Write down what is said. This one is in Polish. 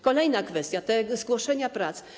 Kolejna kwestia - zgłoszenia prac.